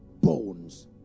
bones